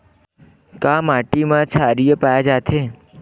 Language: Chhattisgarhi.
का माटी मा क्षारीय पाए जाथे?